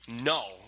No